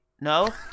No